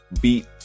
beat